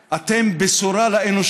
אתם עם זקוף קומה, אתם בשורה לאנושות.